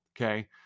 okay